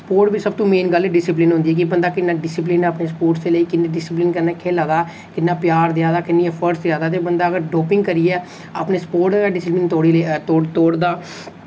sport बिच सबतों main गल्ल ऐ डिसिप्लिन होंदी ऐ कि बंदा किन्ना डिसिप्लिन ऐ अपने स्पोर्ट्स दे लेई किन्ने डिसिप्लिन कन्नै खेढा दा किन्ना प्यार देआ दा किन्नी एफर्टस दिया दा ते बंदा अगर डोपिंग करियै अपने स्पोर्ट दा डिसिप्लिन तोड़ी ले तोड़ तोड़दा